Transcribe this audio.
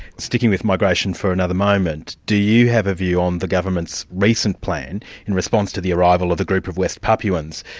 sticking with migration for another moment, do you have a view on the government's recent plan in response to the arrival of a group of west papuans,